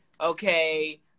okay